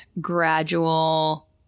gradual